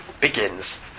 begins